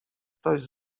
ktoś